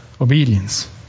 obedience